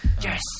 Yes